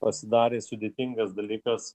pasidarė sudėtingas dalykas